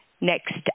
next